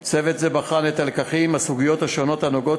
כליאה ועם הצורך בהפחתת הצפיפות בהם